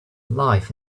life